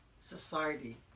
society